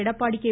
Edappadi K